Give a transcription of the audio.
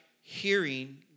hearing